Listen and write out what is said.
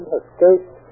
escaped